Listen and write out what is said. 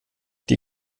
die